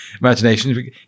imagination